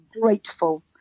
grateful